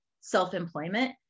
self-employment